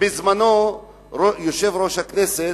בזמנו יושב-ראש הכנסת,